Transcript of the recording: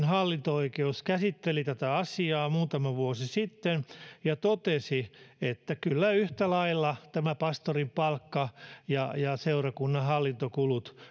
hallinto oikeus kuitenkin käsitteli tätä asiaa muutama vuosi sitten ja totesi että kyllä yhtä lailla tämä pastorin palkka ja ja seurakunnan hallintokulut